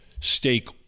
stake